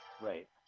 Right